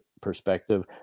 perspective